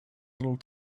little